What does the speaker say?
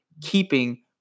keeping